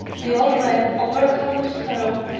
the old man, overcome with sorrow,